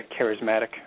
charismatic